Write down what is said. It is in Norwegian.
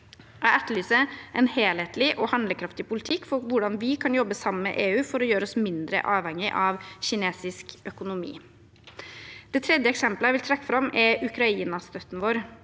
Jeg etterlyser en helhetlig og handlekraftig politikk for hvordan vi kan jobbe sammen med EU for å gjøre oss mindre avhengige av kinesisk økonomi. Det tredje eksemplet jeg vil trekke fram, er Ukrainastøtten vår.